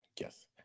yes